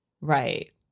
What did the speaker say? Right